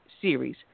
series